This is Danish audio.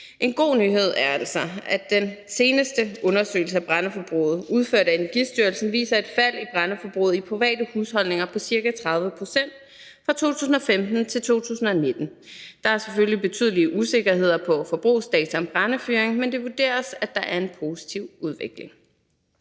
En god nyhed er altså, at den seneste undersøgelse af brændeforbruget, udført af Energistyrelsen, viser et fald i brændeforbruget i private husholdninger på ca. 30 pct. fra 2015-2019. Der er selvfølgelig betydelige usikkerheder på forbrugsdata om brændefyring, men det vurderes, at der er en positiv udvikling.